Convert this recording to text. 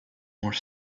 more